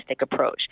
approach